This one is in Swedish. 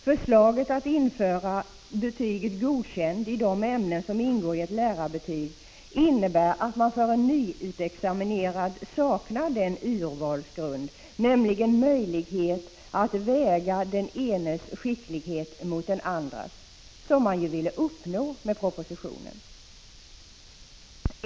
Förslaget att införa betyget Godkänd i de ämnen som ingår i ett lärarbetyg innebär att man för en nyutexaminerad saknar den urvalsgrund, nämligen möjlighet att väga den enes skicklighet mot den andres, som man ju ville uppnå med propositionen.